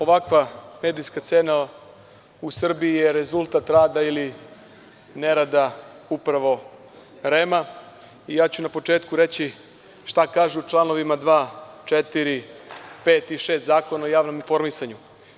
Ovakva medijska scena u Srbiji je rezultat rada ili nerada upravo REM i na početku ću reći šta se kaže u čl. 2, 4, 5. i 6. Zakona o javnom informisanju.